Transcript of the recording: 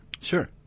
Sure